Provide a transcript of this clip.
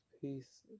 peace